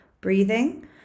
Breathing